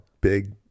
big